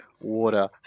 water